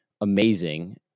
amazing